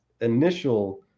initial